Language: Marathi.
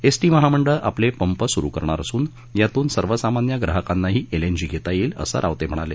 एसटी महामंडळ आपले पंप सुरु करणार असून यातून सर्वसामान्य ग्राहकांनाही एलएनजी घेता येईल असं रावत म्हणाले